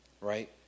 Right